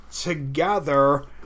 together